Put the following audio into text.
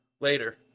Later